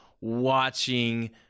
watching